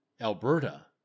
Alberta